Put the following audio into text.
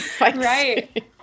Right